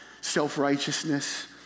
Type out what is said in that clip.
self-righteousness